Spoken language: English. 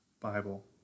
Bible